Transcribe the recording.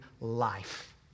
life